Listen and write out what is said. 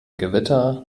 gewitter